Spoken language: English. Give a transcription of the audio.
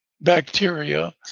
bacteria